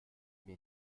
mir